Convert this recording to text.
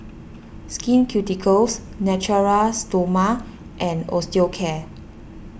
Skin Ceuticals Natura Stoma and Osteocare